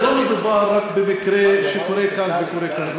לא מדובר רק במקרה שקורה כאן וקורה כאן.